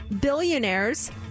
Billionaires